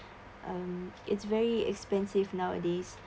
um it's very expensive nowadays